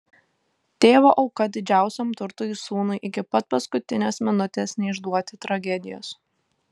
tėvo auka didžiausiam turtui sūnui iki pat paskutinės minutės neišduoti tragedijos